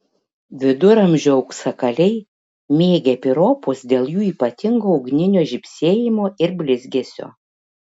viduramžių auksakaliai mėgę piropus dėl jų ypatingo ugninio žybsėjimo ir blizgesio